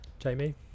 Jamie